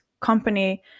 company